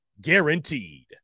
guaranteed